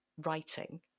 writing